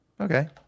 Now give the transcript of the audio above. Okay